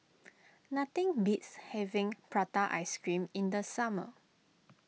nothing beats having Prata Ice Cream in the summer